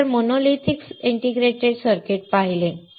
नंतर monolithic integrated circuit पाहिले